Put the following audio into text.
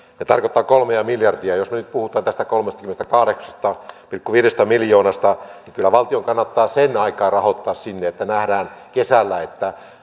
se tarkoittaa kolmea miljardia jos me nyt puhumme tästä kolmestakymmenestäkahdeksasta pilkku viidestä miljoonasta niin kyllä valtion kannattaa sen aikaa rahoittaa sinne että nähdään kesällä